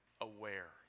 aware